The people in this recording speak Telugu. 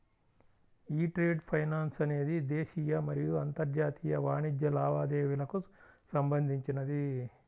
యీ ట్రేడ్ ఫైనాన్స్ అనేది దేశీయ మరియు అంతర్జాతీయ వాణిజ్య లావాదేవీలకు సంబంధించినది